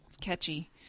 catchy